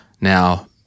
Now